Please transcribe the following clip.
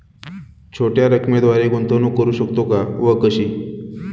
छोट्या रकमेद्वारे गुंतवणूक करू शकतो का व कशी?